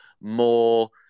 more